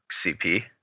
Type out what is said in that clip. cp